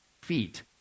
feet